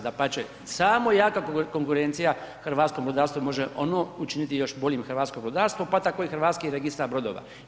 Dapače, samo jako konkurencija hrvatskom brodarstvu može ono učiniti još boljim hrvatsko brodarstvo, pa tako i Hrvatski registar brodova.